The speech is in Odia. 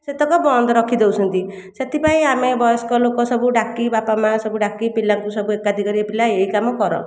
ସେତକ ବନ୍ଦ ରଖିଦେଉଛନ୍ତି ସେଥିପାଇଁ ଆମେ ବୟସ୍କ ଲୋକ ସବୁ ଡାକି ବାପା ମା' ସବୁ ଡାକି ପିଲାଙ୍କୁ ସବୁ ଏକାଠି କରି ଏ ପିଲାଏ ଏହି କାମ କର